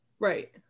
right